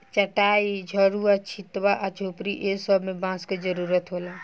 चाटाई, झउवा, छित्वा आ झोपड़ी ए सब मे बांस के जरुरत होला